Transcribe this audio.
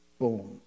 Boom